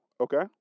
Okay